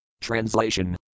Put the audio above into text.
Translation